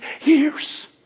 years